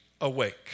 awake